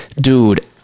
Dude